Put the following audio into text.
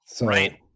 Right